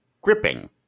gripping